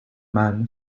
man